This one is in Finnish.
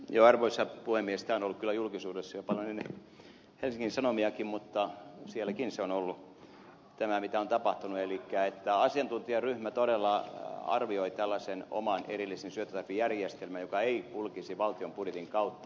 tämä on ollut kyllä julkisuudessa jo paljon ennen helsingin sanomiakin mutta sielläkin se on ollut tämä mitä on tapahtunut elikkä asiantuntijaryhmä todella arvioi tällaisen oman erillisen syöttötariffijärjestelmän joka ei kulkisi valtion budjetin kautta